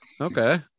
Okay